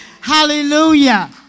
Hallelujah